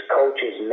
coaches